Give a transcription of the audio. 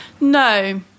No